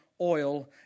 oil